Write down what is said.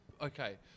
Okay